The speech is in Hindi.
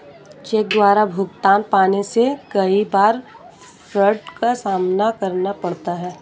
चेक द्वारा भुगतान पाने में कई बार फ्राड का सामना करना पड़ता है